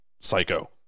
psycho